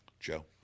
Joe